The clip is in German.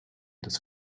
des